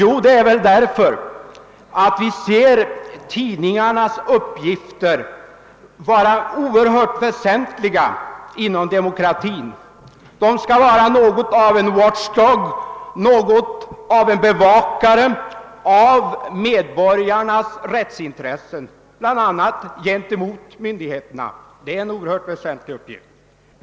Jo, det är väl därför att vi ser tidningarnas uppgifter som oerhört väsentligå inom demokratin. De skall vara något av en watch dog, något av en bevakare av medborgarnas rättsintresse bl.a. gentemot myndigheterna. Det är en oerhört väsentlig uppgift.